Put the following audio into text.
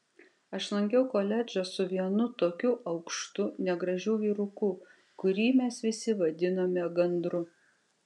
aš lankiau koledžą su vienu tokiu aukštu negražiu vyruku kurį mes visi vadinome gandru